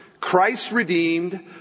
Christ-redeemed